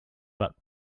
but